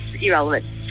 irrelevant